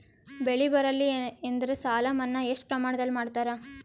ಬೆಳಿ ಬರಲ್ಲಿ ಎಂದರ ಸಾಲ ಮನ್ನಾ ಎಷ್ಟು ಪ್ರಮಾಣದಲ್ಲಿ ಮಾಡತಾರ?